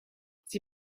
sie